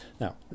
Now